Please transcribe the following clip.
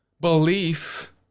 belief